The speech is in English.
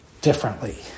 differently